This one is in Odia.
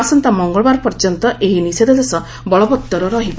ଆସନ୍ତା ମଙ୍ଗଳାବାର ପର୍ଯ୍ୟନ୍ତ ଏହି ନିଷେଧାଦେଶ ବଳବତ୍ତର ରହିବ